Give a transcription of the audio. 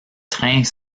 trains